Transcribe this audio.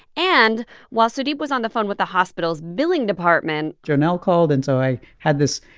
and while sudeep was on the phone with the hospital's billing department. jonel called. and so i had this,